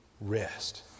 rest